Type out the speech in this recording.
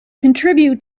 contribute